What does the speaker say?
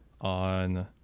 on